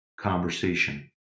conversation